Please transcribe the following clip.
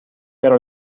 pero